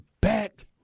back